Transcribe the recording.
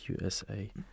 USA